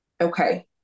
Okay